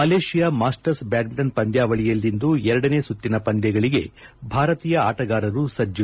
Malaysia masters badminton ಪಂದ್ಯಾವಳಿಯಲ್ಲಿಂದು ಎರಡನೇ ಸುತ್ತಿನ ಪಂದ್ಯಗಳಿಗೆ ಭಾರತೀಯ ಆಟಗಾರರು ಸಜ್ಜು